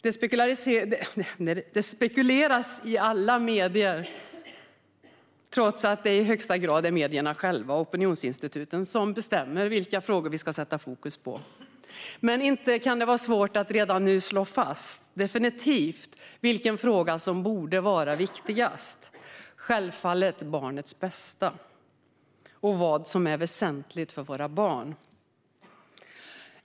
Det spekuleras i alla medier, trots att det i högsta grad är medierna själva och opinionsinstituten som bestämmer vilka frågor vi ska sätta fokus på. Men inte kan det vara svårt att redan nu slå fast, definitivt, vilken fråga som borde vara viktigast? Det är självfallet barnens bästa, och vad som är väsentligt för våra barn.